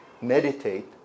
meditate